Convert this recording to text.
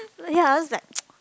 ya I will just like